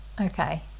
okay